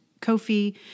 Ko-fi